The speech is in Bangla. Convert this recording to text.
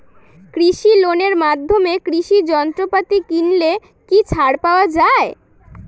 কৃষি লোনের মাধ্যমে কৃষি যন্ত্রপাতি কিনলে কি ছাড় পাওয়া যায়?